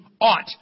ought